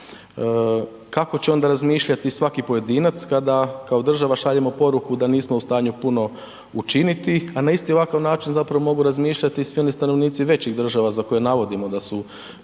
Kako će onda razmišljati svaki pojedinac kada kao država šaljemo poruku da nismo u stanju puno učiniti, a na isti ovakav način zapravo mogu razmišljati i svi oni stanovnici većih država za koje navodimo da su